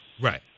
Right